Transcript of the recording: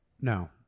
No